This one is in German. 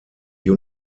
der